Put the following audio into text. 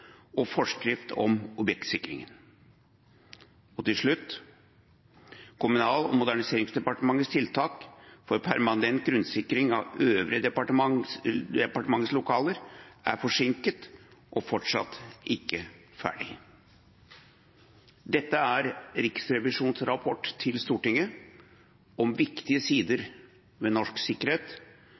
og forskrift om objektsikkerhet. Kommunal- og moderniseringsdepartementets tiltak for permanent grunnsikring av øvrige departementers lokaler er forsinket og fortsatt ikke ferdig.» Det står det. Dette er Riksrevisjonens rapport til Stortinget om viktige sider ved norsk